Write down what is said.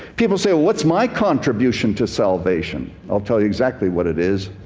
people say, what's my contribution to salvation? i'll tell you exactly what it is.